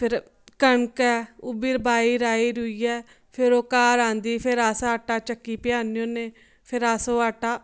फिर कनक ऐ ओह्बी बाही राहियै फिर ओह् घर आंदी फिर अस आटा चक्की भ्य़ाने हुन्ने फिर अस ओह् आटा